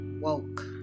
woke